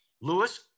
Lewis